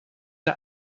der